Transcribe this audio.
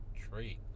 trait